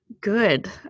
good